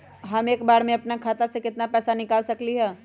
हम एक बार में अपना खाता से केतना पैसा निकाल सकली ह?